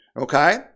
okay